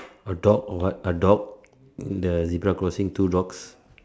a dog or what a dog the zebra crossing two dogs